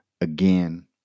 again